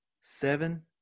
Seven